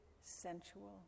sensual